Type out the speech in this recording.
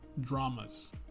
dramas